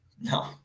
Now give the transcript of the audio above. No